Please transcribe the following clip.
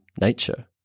nature